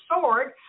sword